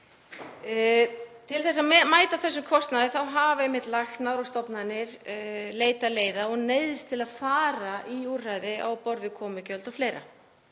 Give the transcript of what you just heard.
Til að mæta þessum kostnaði hafa læknar og stofnanir leitað leiða og neyðst til að fara í úrræði á borð við komugjöld og fleira.